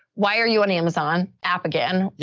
why are you on amazon app again?